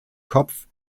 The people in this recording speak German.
kopf